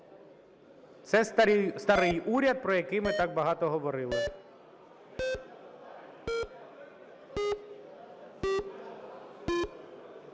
Це старий уряд, про який ми так багато говорили.